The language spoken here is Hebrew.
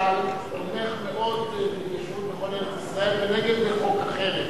למשל תומך מאוד בהתיישבות בכל ארץ-ישראל כנגד חוק החרם,